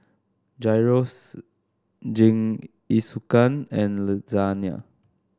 Gyros Jingisukan and Lasagna